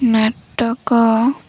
ନାଟକ